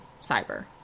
cyber